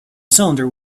cylinder